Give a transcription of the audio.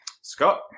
Scott